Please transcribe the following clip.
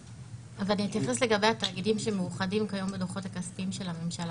אתייחס לגבי התאגידים שמאוחדים היום בדוחות הכספיים של הממשלה.